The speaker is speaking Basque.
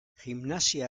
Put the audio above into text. gimnasia